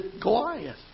Goliath